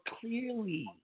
clearly